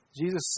Jesus